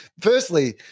Firstly